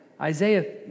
Isaiah